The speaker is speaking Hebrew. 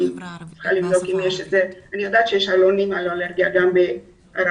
אני יודעת שיש עלונים על אלרגיה גם בערבית